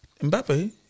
Mbappe